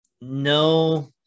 no